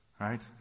Right